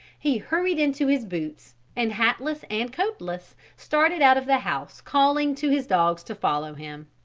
he hurried into his boots, and hatless and coatless, started out of the house calling to his dogs to follow him.